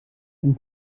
einem